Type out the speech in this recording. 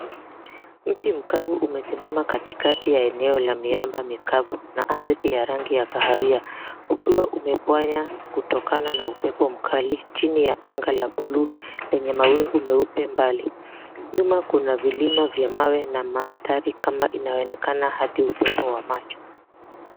Mti mkavu umesimama katikati ya eneo la miamba mikavu, na ardhi ya rangi ya kahawia. Ukiwa umepwenya kutokana na upepo mkali, chini ya anga la buluu lenye mawingu meupe mbali. Nyuma kuna vilima vya mawe, na mandhari kama inaonekana hadi upeo wa macho.